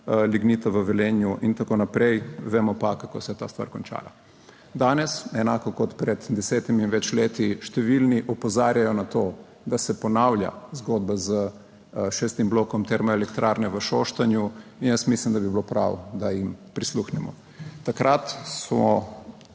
lignita v Velenju in tako naprej, vemo pa, kako se je ta stvar končala. Danes, enako kot pred desetimi in več leti številni opozarjajo na to, da se ponavlja zgodba s šestim blokom termoelektrarne v Šoštanju in jaz mislim, da bi bilo prav, da jim prisluhnemo. Danes